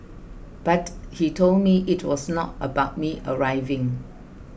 but he told me it was not about me arriving